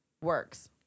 works